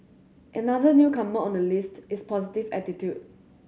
another newcomer on the list is positive attitude